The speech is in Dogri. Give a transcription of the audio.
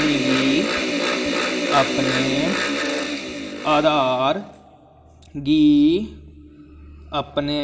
मिगी अपने आधार गी अपने